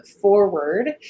forward